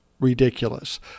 Ridiculous